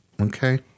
Okay